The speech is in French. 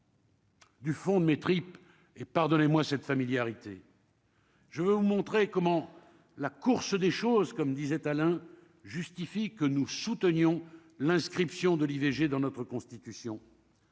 Du fond de mes tripes et pardonnez-moi cette familiarité. Je veux montrer comment la course, des choses comme disait Alain justifie que nous soutenions l'inscription de l'IVG dans notre Constitution.